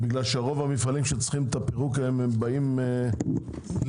כי רוב המפעלים שצריכים את הפירוק הם באים- -- לא.